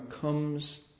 comes